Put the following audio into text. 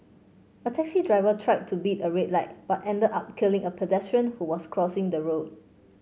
a taxi driver tried to beat a red light but ended up killing a pedestrian who was crossing the road